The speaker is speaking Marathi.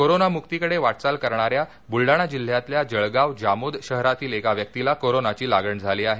कोरोना मुक्तीकडे वाटचाल करणाऱ्या बुलडाणा जिल्ह्यातल्या जळगाव जामोद शहरातील एका व्यक्तीला कोरोनाची लागण झाली आहे